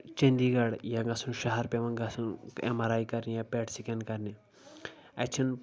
چندی گڑھ یا گژھُن شہر پٮ۪وان گژھُن اٮ۪م آر آیۍ کرنہِ یا پٮ۪ٹ سکین کرنہِ اتہِ چھُنہٕ